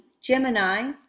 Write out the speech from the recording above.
Gemini